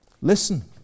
Listen